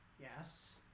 Yes